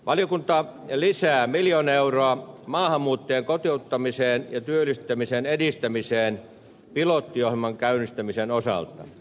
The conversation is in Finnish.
valiokunta lisää miljoona euroa maahanmuuttajien kotouttamiseen ja työllistämisen edistämiseen pilottiohjelman käynnistämisen osalta